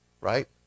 right